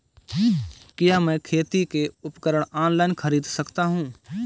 क्या मैं खेती के उपकरण ऑनलाइन खरीद सकता हूँ?